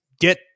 Get